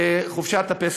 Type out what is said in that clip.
לחופשת הפסח,